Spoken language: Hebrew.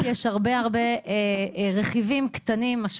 אנשים לא מבינים עד כמה בקאפ יש הרבה מאוד רכיבים קטנים ומשמעותיים.